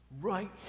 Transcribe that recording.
right